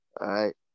right